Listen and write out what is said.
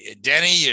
Denny